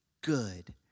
good